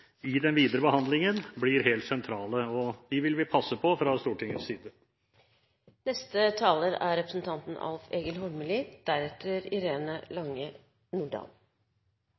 i den videre behandlingen blir helt sentrale, og dem vil vi passe på fra Stortingets side. Cermaq er